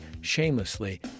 shamelessly